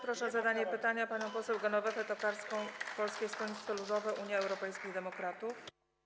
Proszę o zadanie pytania panią poseł Genowefę Tokarską, Polskie Stronnictwo Ludowe - Unia Europejskich Demokratów.